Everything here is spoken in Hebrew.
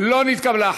לא נתקבלה.